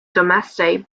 domesday